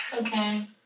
Okay